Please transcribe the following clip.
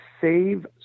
save